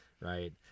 Right